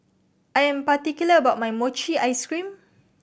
I am particular about my mochi ice cream